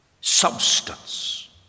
substance